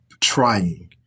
trying